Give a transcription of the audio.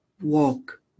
walk